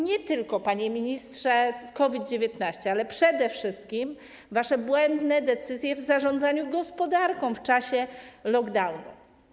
Nie tylko, panie ministrze, COVID-19, ale przede wszystkim wasze błędne decyzje w zarządzaniu gospodarką w czasie lockdownu.